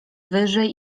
wyżej